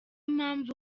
mpamvu